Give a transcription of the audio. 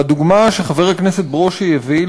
והדוגמה שחבר הכנסת ברושי הביא,